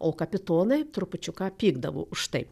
o kapitonai trupučiuką pykdavo už tai